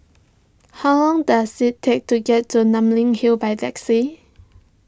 how long does it take to get to Namly Hill by taxi